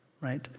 right